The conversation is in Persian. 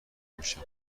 میشم